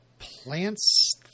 Plants